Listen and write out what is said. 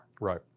Right